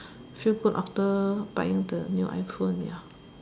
feel good after buying the new iPhone ya